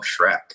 Shrek